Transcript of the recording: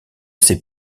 ses